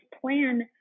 plan